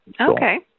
Okay